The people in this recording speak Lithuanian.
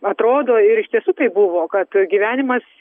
atrodo ir iš tiesų taip buvo kad gyvenimas